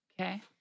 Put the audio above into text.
Okay